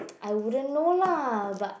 I wouldn't know lah but